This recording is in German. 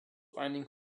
einigen